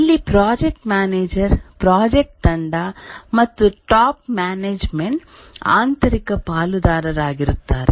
ಇಲ್ಲಿ project manager project ತಂಡ ಮತ್ತು ಟಾಪ್ ಮ್ಯಾನೇಜ್ಮೆಂಟ್ ಆಂತರಿಕ ಪಾಲುದಾರರಾಗಿರುತ್ತಾರೆ